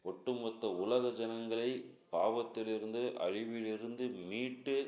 ஒட்டு மொத்த உலக ஜனங்களை பாவத்திலிருந்து அழிவிலிருந்து மீட்டு